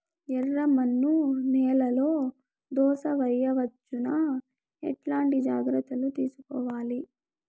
ఎర్రమన్ను నేలలో దోస వేయవచ్చునా? ఎట్లాంటి జాగ్రత్త లు తీసుకోవాలి?